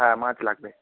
হ্যাঁ মাছ লাগবে